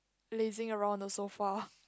lazing around the sofa